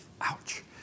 Ouch